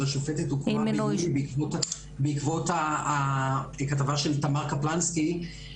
השופטת הוקמה בעקבות הכתבה של תמר קפלנסקי,